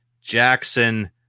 Jackson